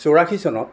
চৌৰাশী চনত